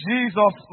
Jesus